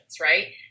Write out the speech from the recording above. right